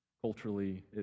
Culturally